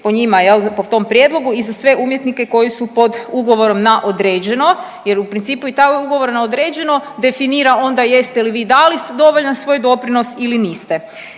po njima po tom prijedlogu i za sve umjetnike koji su pod ugovorom na određeno jer u principu i taj ugovor na određeno definira onda jeste li vi dali dovoljan svoj doprinos ili niste.